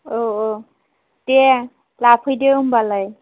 औ औ दे लाफैदो होनबालाय